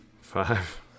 five